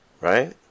Right